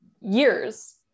years